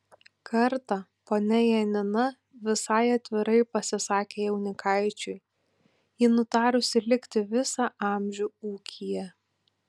kartą ponia janina visai atvirai pasisakė jaunikaičiui ji nutarusi likti visą amžių ūkyje